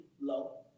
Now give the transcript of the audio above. low